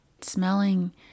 Smelling